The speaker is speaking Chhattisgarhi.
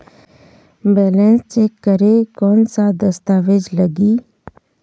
बैलेंस चेक करें कोन सा दस्तावेज लगी?